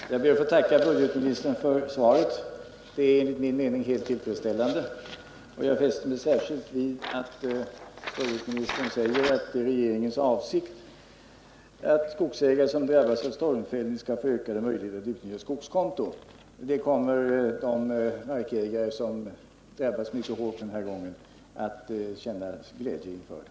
Herr talman! Jag ber att få tacka budgetministern för svaret. Det är enligt min mening helt tillfredsställande. Jag fäste mig särskilt vid att budgetministern sade att det är regeringens avsikt att skogägare som drabbats av stormfällning skall få ökade möjligheter att utnyttja skogskonto. Det kommer de markägare som drabbas mycket hårt den här gången att glädjas över. Tack!